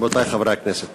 רבותי חברי הכנסת,